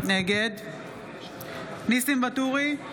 נגד ניסים ואטורי,